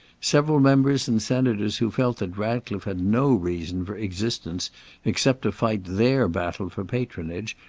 several members and senators who felt that ratcliffe had no reason for existence except to fight their battle for patronage,